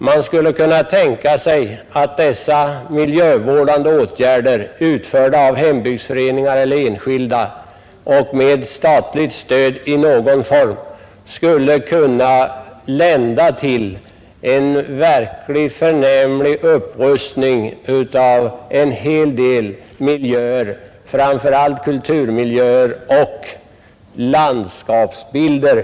Man skulle kunna tänka sig att dessa miljövårdande åtgärder, utförda av hembygdsföreningar eller enskilda och med statligt stöd i någon form, skulle kunna lända till en verkligt förnämlig upprustning av en hel del miljöer, framför allt kulturmiljöer och landskapsbilder.